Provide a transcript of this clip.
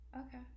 Okay